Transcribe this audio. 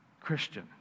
Christian